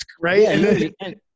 right